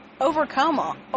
overcome